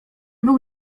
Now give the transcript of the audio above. był